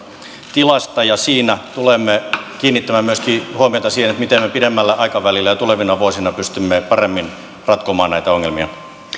tilasta ja siinä tulemme kiinnittämään huomiota myöskin siihen miten me pidemmällä aikavälillä ja tulevina vuosina pystymme paremmin ratkomaan näitä ongelmia